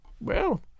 Well